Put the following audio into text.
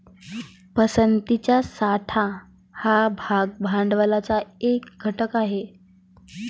पसंतीचा साठा हा भाग भांडवलाचा एक घटक आहे